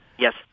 Yes